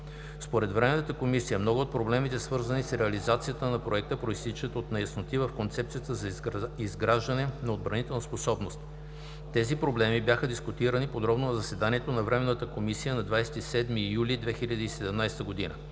Според Временната комисия много от проблемите, свързани с реализацията на Проекта, произтичат от неясноти в Концепцията за изграждане на отбранителната способност. Тези проблеми бяха дискутирани подробно на заседанието на Временната комисия на 27 юли 2017 г.